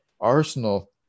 Arsenal